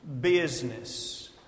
business